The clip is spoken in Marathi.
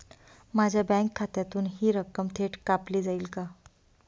माझ्या बँक खात्यातून हि रक्कम थेट कापली जाईल का?